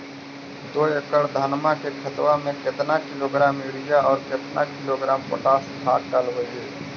दो एकड़ धनमा के खेतबा में केतना किलोग्राम युरिया और केतना किलोग्राम पोटास खाद डलबई?